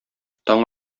таң